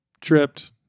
tripped